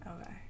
Okay